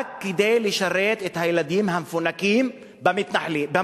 רק כדי לשרת את הילדים המפונקים בהתנחלויות.